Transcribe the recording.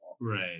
right